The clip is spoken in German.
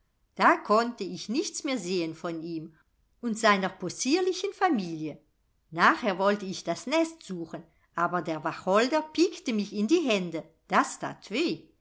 da konnte ich nichts mehr sehen von ihm und seiner possierlichen familie nachher wollte ich das nest suchen aber der wacholder piekte mich in die hände das tat weh